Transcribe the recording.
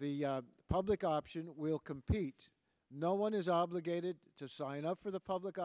the public option will compete no one is obligated to sign up for the public